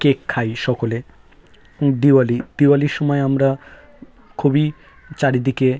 cake খাই সকলে দিওয়ালি দিওয়ালির সময়ে আমরা খুবই চারিদিকে